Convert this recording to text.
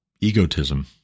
egotism